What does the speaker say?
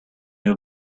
have